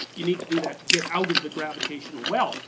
you need to do that to get out of the gravitational well.